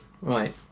Right